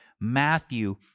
Matthew